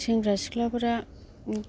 सेंग्रा सिख्लाफ्रा